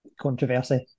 controversy